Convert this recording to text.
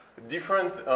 different